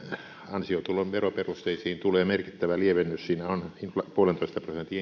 ansiotulon veroperusteisiin tulee merkittävä lievennys siinä on yhden pilkku viiden prosentin inflaatiotarkistus